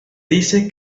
dice